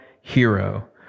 hero